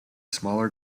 smaller